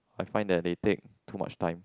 I find that they take too much time